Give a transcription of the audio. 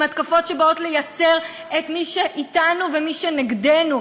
הן התקפות שבאות לייצר את "מי שאתנו ומי שנגדנו",